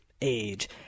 age